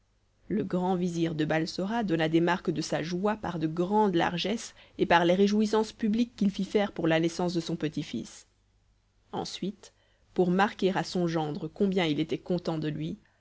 le grand vizir de balsora donna des marques de sa joie par de grandes largesses et par les réjouissances publiques qu'il fit faire pour la naissance de son petits-fils ensuite pour marquer à son gendre combien il était content de lui